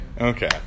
okay